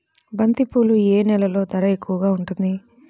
బంతిపూలు ఏ నెలలో ధర ఎక్కువగా ఉంటుంది?